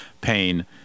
pain